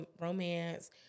romance